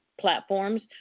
Platforms